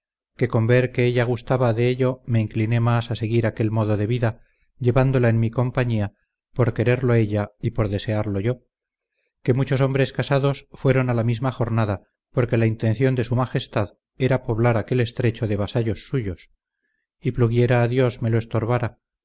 que ella gustaba de ello me incliné más a seguir aquel modo de vida llevándola en mi compañía por quererlo ella y por desearlo yo que muchos hombres casados fueron a la misma jornada porque la intención de su majestad era poblar aquel estrecho de vasallos suyos y pluguiera a dios me lo estorbara